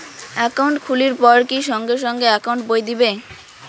Account খুলির পর কি সঙ্গে সঙ্গে একাউন্ট বই দিবে?